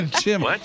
Jim